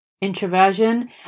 introversion